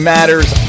Matters